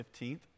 15th